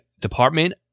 Department